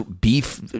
beef